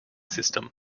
system